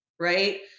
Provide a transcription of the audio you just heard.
right